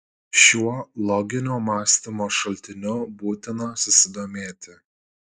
šiuo loginio mąstymo šaltiniu būtina susidomėti